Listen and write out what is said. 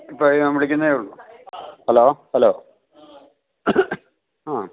ഇപ്പം ഞാൻ വിളിക്കുന്നതേ ഉള്ളു ഹലോ ഹലോ ആ